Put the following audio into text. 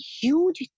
huge